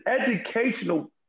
educational